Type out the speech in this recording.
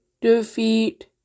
defeat